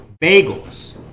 Bagels